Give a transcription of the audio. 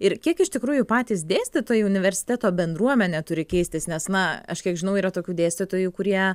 ir kiek iš tikrųjų patys dėstytojai universiteto bendruomenė turi keistis nes na aš kiek žinau yra tokių dėstytojų kurie